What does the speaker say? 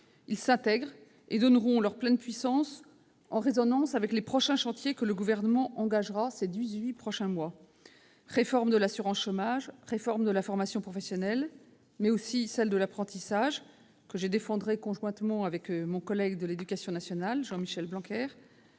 de citer. Ils donneront leur pleine puissance en résonance avec les prochains chantiers que le Gouvernement engagera ces dix-huit prochains mois : réforme de l'assurance chômage et de la formation professionnelle, mais aussi réforme de l'apprentissage, que je défendrai conjointement avec le ministre de l'éducation nationale, Jean-Michel Blanquer,